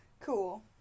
Cool